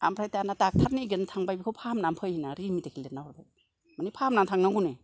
आमफ्राय दाना दाक्टार निगिरनो थांबाय बेखौ फाहामना फै होन्नानै रिमेदिकेल लिरना हरबाय मानि फाहामना थांनांगौ नो